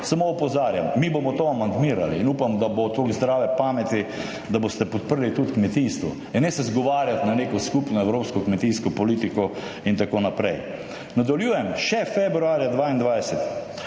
Samo opozarjam. Mi bomo to amandmirali in upam, da bo toliko zdrave pameti, da boste podprli tudi kmetijstvo. In ne se izgovarjati na neko skupno evropsko kmetijsko politiko in tako naprej. Nadaljujem, še februarja 2022